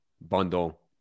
bundle